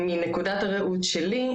מנקודת הראות שלי,